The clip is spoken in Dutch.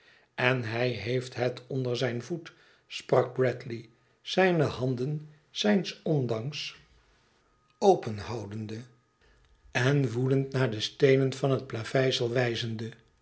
n hij heeft het onder zijn voet sprak bradiey zijne handen zijns ondanks openhoudende en woedend naar de steenen van het plaveisel wijzende